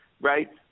right